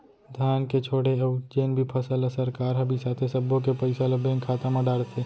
धान के छोड़े अउ जेन भी फसल ल सरकार ह बिसाथे सब्बो के पइसा ल बेंक खाता म डारथे